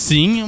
Sim